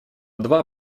два